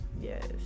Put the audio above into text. yes